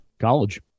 College